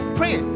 pray